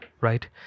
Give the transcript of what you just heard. Right